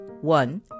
one